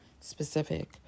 specific